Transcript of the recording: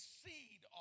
seed